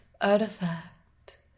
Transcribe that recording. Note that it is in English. artifact